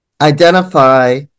identify